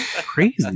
crazy